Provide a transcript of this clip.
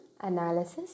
analysis